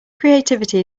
creativity